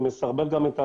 זה גם מסרבל את התהליך.